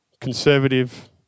conservative